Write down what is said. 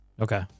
Okay